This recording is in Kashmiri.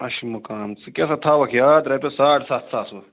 عش مُقام ژٕ کیٛاہ سا تھاوَکھ یاد رۄپیَس ساڑ سَتھ ساس وۅنۍ